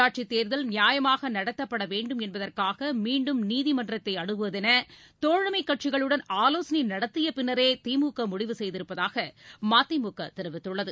உள்ளாட்சித் தேர்தல் நியாயமாக நடத்தப்பட வேண்டும் என்பதற்காக மீண்டும் நீதிமன்றத்தை அணுகுவதென தோழமைக் கட்சிகளுடன் ஆலோசனை நடத்திய பின்னரே திமுக முடிவு செய்திருப்பதாக மதிமுக தெரிவித்துள்ளது